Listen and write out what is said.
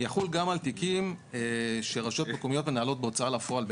יחול גם על תיקים שרשויות מקומיות מנהלות בהוצאה לפועל.